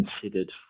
considered